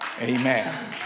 Amen